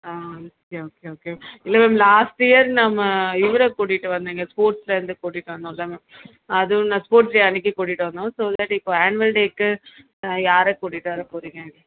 ஆ okay okay okay இல்லை ma'am last year நம்ம இவரை கூட்டிகிட்டு வந்தீங்க ஸ்போர்ட்ஸ்லேருந்து கூட்டிகிட்டு வந்தோல்லை மேம் அதுவும் நான் ஸ்போர்ட்ஸ் டே அன்றைக்கி கூட்டிகிட்டு வந்தோம் ஸோ இந்த வாட்டி இப்போ ஆன்வல் டேக்கு யாரை கூட்டிகிட்டு வரப் போறீங்கன்னு